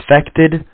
affected